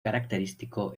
característico